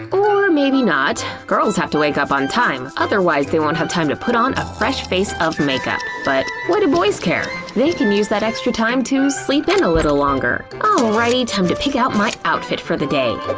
or maybe not. girls have to wake up on time otherwise they won't have time to put on a fresh face of makeup! but what do boys care? they can use that extra time to sleep in a little longer. alrighty, time to pick out my outfit for the day.